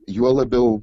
juo labiau